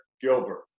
Gilbert